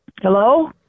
Hello